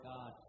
God